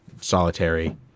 solitary